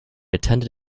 attended